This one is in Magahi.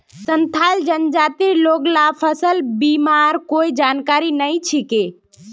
संथाल जनजातिर लोग ला फसल बीमार कोई जानकारी नइ छेक